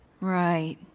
Right